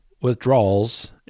withdrawals